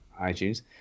iTunes